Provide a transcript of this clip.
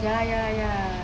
ya ya ya